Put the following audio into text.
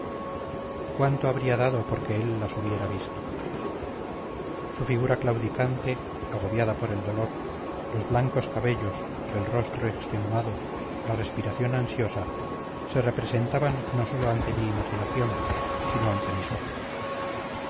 cuánto habría dado porque él las hubiera visto su figura claudicante agobiada por el dolor los blancos cabellos el rostro extenuado la respiración ansiosa se representaban no sólo ante mi imaginación sino ante mis ojos